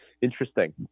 interesting